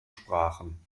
sprachen